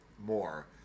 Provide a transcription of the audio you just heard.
more